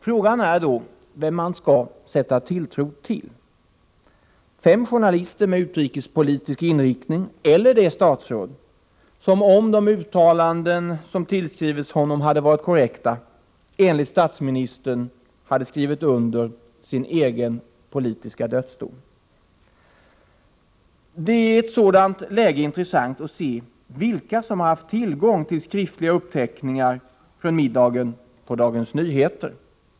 Frågan är då vem man skall sätta tilltro till — fem journalister med utrikespolitisk inriktning eller det statsråd som, om de uttalanden som tillskrivits honom hade varit korrekta, enligt statsministern hade skrivit under sin egen politiska dödsdom. Det är i ett sådant läge intressant att se vilka som har haft tillgång till skriftliga uppteckningar från middagen på Dagens Nyheter.